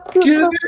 Give